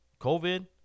COVID